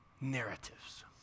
narratives